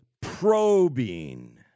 probing